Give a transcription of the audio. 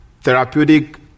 therapeutic